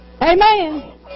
Amen